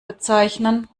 bezeichnen